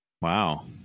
Wow